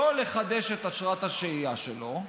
לא לחדש את אשרת השהייה שלו,